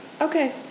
Okay